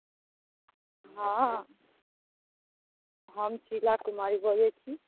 हँ हम शिला कुमारी बाजै छी